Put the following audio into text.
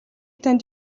танд